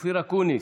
אופיר אקוניס,